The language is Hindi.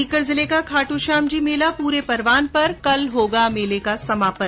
सीकर जिले का खाटूश्याम जी मेला पूरे परवान पर कल होगा मेले का समापन